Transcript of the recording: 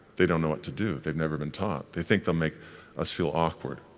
they don't know what to do, they've never been taught. they think they'll make us feel awkward,